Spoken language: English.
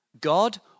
God